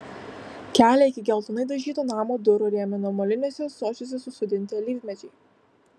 kelią iki geltonai dažyto namo durų rėmino moliniuose ąsočiuose susodinti alyvmedžiai